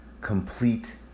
complete